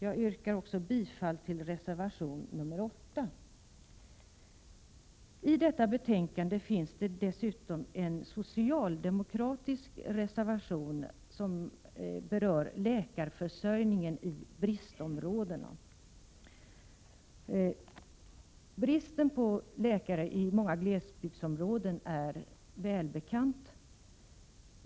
Jag yrkar bifall också till reservation nr 8. I detta betänkande finns det dessutom en socialdemokratisk reservation, som berör läkarförsörjningen i bristområdena. Bristen på läkare i många glesbygdsområden är välbekant.